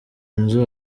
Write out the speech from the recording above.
nzu